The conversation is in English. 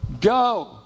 Go